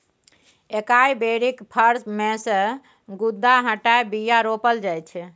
एकाइ बेरीक फर मे सँ गुद्दा हटाए बीया रोपल जाइ छै